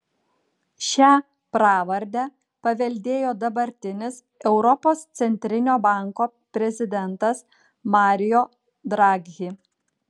šią pravardę paveldėjo dabartinis europos centrinio banko prezidentas mario draghi